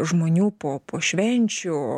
žmonių po po švenčių